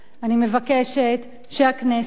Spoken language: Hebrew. אני מבקשת שהכנסת,